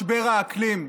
משבר האקלים,